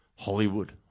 Hollywood